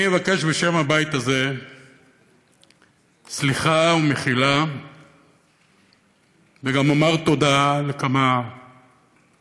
אני אבקש בשם הבית הזה סליחה ומחילה וגם אומר תודה לכמה אנשים,